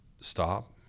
stop